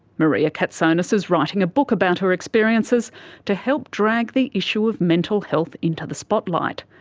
maria katsonis is writing a book about her experiences to help drag the issue of mental health into the spotlight.